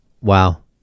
Wow